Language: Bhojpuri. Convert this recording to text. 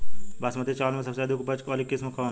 बासमती चावल में सबसे अधिक उपज वाली किस्म कौन है?